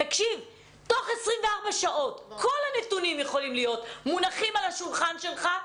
תוך 24 שעות כל הנתונים יכולים להיות מונחים על השולחן שלך.